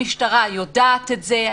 המשטרה יודעת את זה,